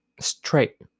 straight